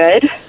good